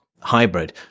hybrid